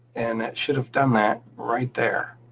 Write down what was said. and it should have done that right there.